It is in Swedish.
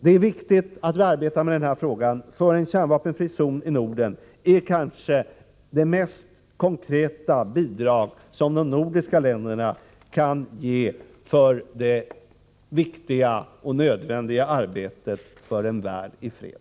Det är viktigt att vi arbetar med denna fråga, för en kärnvapenfri zon i Norden är kanske det mest konkreta bidrag som de nordiska länderna kan ge till det betydelsefulla och nödvändiga arbetet för en värld i fred.